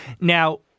Now